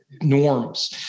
norms